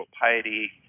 piety